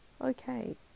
okay